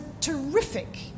terrific